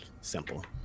simple